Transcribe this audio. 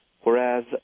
whereas